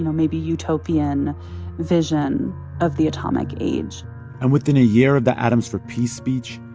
you know maybe utopian vision of the atomic age and within a year of the atoms for peace speech,